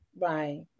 Right